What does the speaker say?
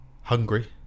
hungry